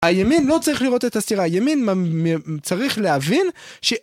הימין לא צריך לראות את הסתירה, הימין צריך להבין ש...